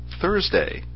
Thursday